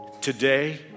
Today